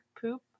poop